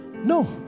no